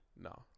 No